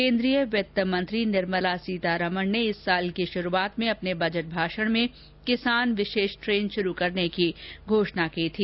केंद्रीय वित्त मंत्री निर्मला सीतारमण ने इस साल की शुरुआत में अपने बजट भाषण में किसान विशेष ट्रेन शुरू की घोषणा की थी